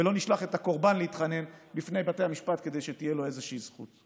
ולא נשלח את הקורבן להתחנן בפני בתי המשפט כדי שתהיה לו איזושהי זכות.